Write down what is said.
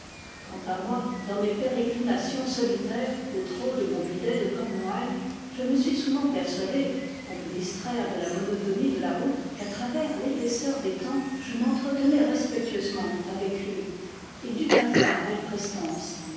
quant à moi dans mes pérégrinations solitaires au trot de mon bidet de cornouailles je me suis souvent persuadé pour me distraire de la monotonie de la route qu'à travers l'épaisseur des temps je m'entretenais respectueusement avec lui il dut avoir belle prestance